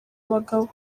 abagabo